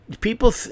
people